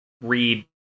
read